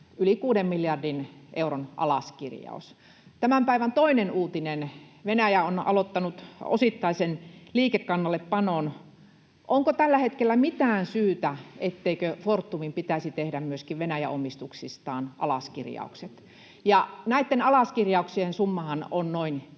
kuuden miljardin euron alaskirjaus. Tämän päivän toinen uutinen: Venäjä on aloittanut osittaisen liikekannallepanon. Onko tällä hetkellä mitään syytä, etteikö Fortumin pitäisi tehdä myöskin Venäjä-omistuksistaan alaskirjaukset? [Arto Satonen: Se on